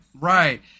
right